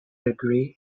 degree